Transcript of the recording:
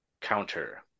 counter